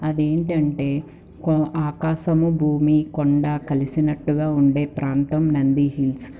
అదేంటంటే కో ఆకాశము భూమి కొండ కలిసినట్టుగా ఉండే ప్రాంతం నందీహిల్స్